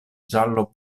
giallo